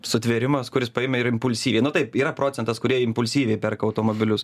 sutvėrimas kuris paėmė ir impulsyviai nu taip yra procentas kurie impulsyviai perka automobilius